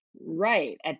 right